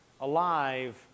alive